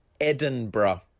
Edinburgh